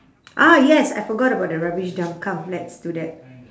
ah yes I forgot about the rubbish dump come let's do that